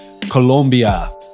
Colombia